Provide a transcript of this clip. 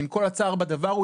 עם כל הצער בדבר,